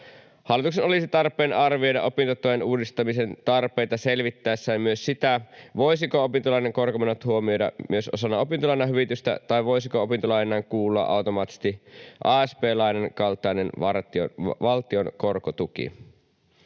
Hallituksen olisi tarpeen arvioida opintotuen uudistamisen tarpeita selvittäessään myös sitä, voisiko opintolainan korkomenot huomioida myös osana opintolainahyvitystä tai voisiko opintolainaan kuulua automaattisesti asp-lainan kaltainen valtion korkotuki.